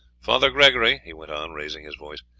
father gregory, he went on, raising his voice,